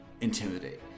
Intimidate